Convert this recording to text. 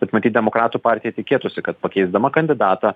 bet matyt demokratų partija tikėtųsi kad pakeisdama kandidatą